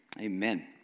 amen